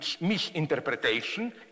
misinterpretation